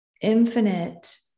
infinite